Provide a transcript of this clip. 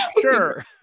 sure